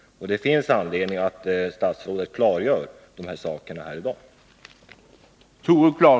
Det finns anledning för statsrådet att klargöra dessa saker här i dag.